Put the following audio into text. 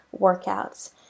Workouts